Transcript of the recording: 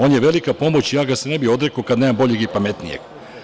On je velika pomoć i ja ga se ne bih odrekao kada nemam boljeg i pametnijeg.